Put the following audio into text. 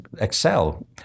excel